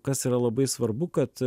kas yra labai svarbu kad